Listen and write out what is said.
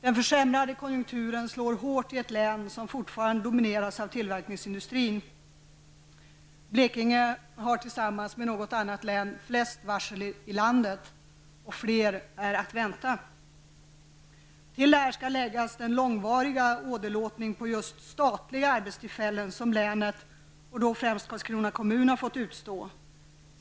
Den försämrade konjunkturen slår hårt i ett län som fortfarande domineras av tillverkningsindustrin. Blekinge har tillsammans med ett annat län flest varsel i landet, och fler är att vänta. Till det skall läggas den långvariga åderlåtningen på just statliga arbetstillfällen som länet, då främst Karlskrona kommun, har fått utstå.